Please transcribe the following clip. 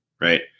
right